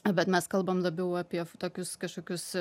bet mes kalbame labiau apie tokius kažkokius